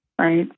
Right